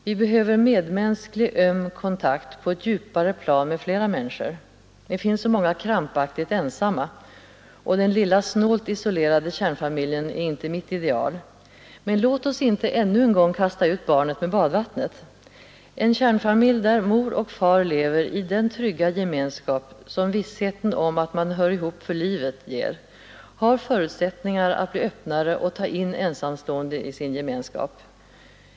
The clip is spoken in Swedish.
Vi behöver medmänsklig, öm kontakt på ett djupare plan med flera människor. Det finns så många krampaktigt ensamma. Och den lilla snålt isolerade kärnfamiljen är inte mitt ideal. Men låt oss inte ännu en gång kasta ut barnet med badvattnet! En kärnfamilj, där mor och far lever i den trygga gemenskap som vissheten om att man hör ihop för livet ger, har förutsättningar att bli öppnare och ta in ensamstående i sin gemenskap.